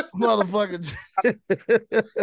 Motherfucker